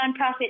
nonprofit